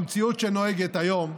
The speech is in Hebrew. במציאות שנוהגת היום,